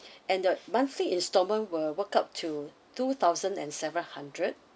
and the monthly instalment will work out to two thousand and several hundred